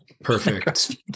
perfect